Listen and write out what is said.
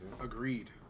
agreed